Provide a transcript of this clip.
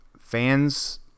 fans